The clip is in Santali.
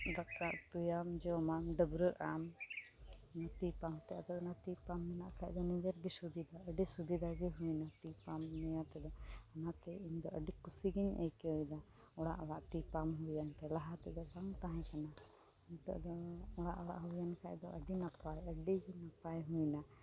ᱫᱟᱠᱟ ᱩᱛᱩᱭᱟᱢ ᱡᱚᱢᱟᱢ ᱰᱟᱹᱵᱽᱨᱟᱹᱜᱼᱟᱢ ᱚᱱᱟ ᱛᱤ ᱯᱟᱢᱯᱛᱮ ᱟᱫᱚ ᱚᱱᱟ ᱛᱤ ᱯᱟᱢᱯ ᱢᱮᱱᱟᱜ ᱠᱷᱟᱡᱫᱚ ᱚᱱᱟᱫᱚ ᱟᱹᱰᱤ ᱥᱩᱵᱤᱫᱷᱟ ᱟᱹᱰᱤ ᱥᱩᱵᱤᱫᱷᱟ ᱜᱮ ᱦᱩᱭᱱᱟ ᱛᱤ ᱯᱟᱢᱯ ᱱᱤᱭᱟᱹᱛᱮ ᱫᱚ ᱚᱱᱟᱛᱮ ᱤᱧᱫᱚ ᱟᱹᱰᱤ ᱠᱩᱥᱤᱜᱤᱧ ᱟᱹᱭᱠᱟᱹᱣᱮᱫᱟ ᱚᱲᱟᱜ ᱚᱲᱟᱜ ᱛᱤ ᱯᱟᱢᱯ ᱦᱩᱭᱮᱱᱛᱮ ᱞᱟᱦᱟᱛᱮ ᱫᱚ ᱵᱟᱝ ᱛᱟᱦᱮᱸᱠᱟᱱᱟ ᱱᱤᱛᱳᱜ ᱫᱚ ᱚᱲᱟᱜ ᱚᱲᱟᱜ ᱦᱩᱭᱮᱱ ᱠᱷᱟᱡᱫᱚ ᱟᱹᱰᱤ ᱱᱟᱯᱟᱭ ᱦᱩᱭᱱᱟ